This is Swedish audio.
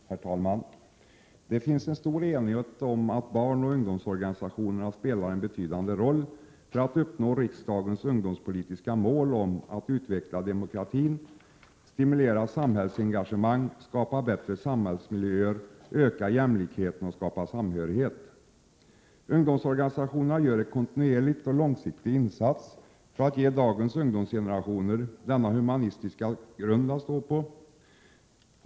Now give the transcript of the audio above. Herr talman! Det finns en stor enighet om att barnoch ungdomsorganisationerna spelar en betydande roll när det gäller att uppnå riksdagens ungdomspolitiska mål om att utveckla demokratin, stimulera samhällsengagemang, skapa bättre samhällsmiljöer, öka jämlikheten och skapa en bättre samhörighet. Ungdomsorganisationerna gör en kontinuerlig och långsiktig insats för att ge dagens ungdomsgenerationer denna humanistiska grund att stå på.